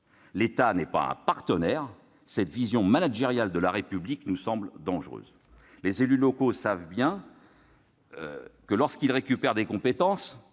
L'État n'est pas un partenaire : cette vision managériale de la République nous semble dangereuse. Les élus locaux savent bien que, lorsqu'ils récupèrent des compétences,